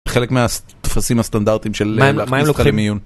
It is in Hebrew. חלק מהטפסים הסטנדרטים של להכניס אותך למיון.